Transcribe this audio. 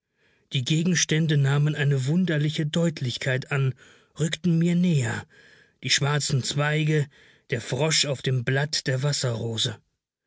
die gegenstände nahmen eine wunderliche deutlichkeit an rückten mir näher die schwarzen zweige der frosch auf dem blatt der